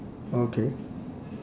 okay